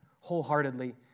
wholeheartedly